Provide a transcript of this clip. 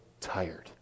tired